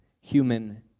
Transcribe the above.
human